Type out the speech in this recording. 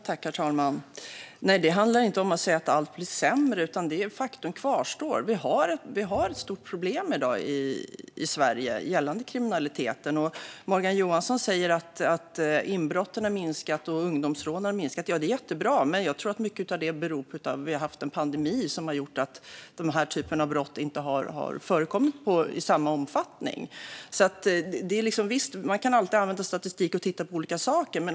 Herr talman! Nej, det handlar inte om att säga att allt blir sämre, men faktum kvarstår: Vi har ett stort problem i dag i Sverige gällande kriminaliteten. Morgan Johansson säger att inbrotten har minskat och att ungdomsrånen har minskat. Det är jättebra. Visst kan man alltid använda statistik och titta på olika saker. Men jag tror att mycket av detta beror på att vi har haft en pandemi som gjort att den här typen av brott inte förekommit i samma omfattning.